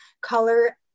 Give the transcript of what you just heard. color